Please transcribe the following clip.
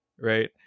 right